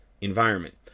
environment